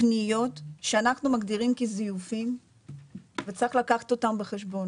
פניות שאנחנו מגדירים כזיופים וצריך לקחת אותם בחשבון.